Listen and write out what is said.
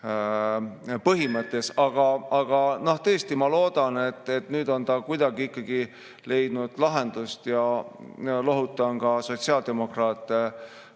Aga tõesti ma loodan, et nüüd on see kuidagi ikkagi leidnud lahenduse ja ma lohutan sotsiaaldemokraate, et